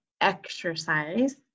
exercise